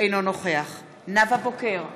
אינו נוכח נאוה בוקר,